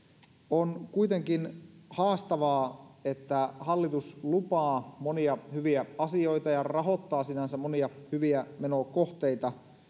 on kuitenkin haastavaa että hallitus lupaa monia hyviä asioita ja rahoittaa sinänsä monia hyviä menokohteita